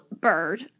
bird